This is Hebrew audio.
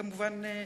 כמובן,